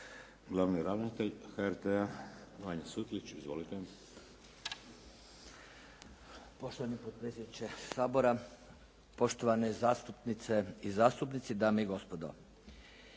glavni ravnatelj HRT-a, Vanja Sutlić. Izvolite. **Sutlić, Vanja** Poštovani potpredsjedniče Sabora, poštovane zastupnice i zastupnici, dame i gospodo.